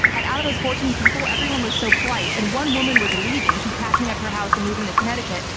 and out of those fourteen people everyone was so polite, and one woman was leaving. she was packing up her house and moving to connecticut,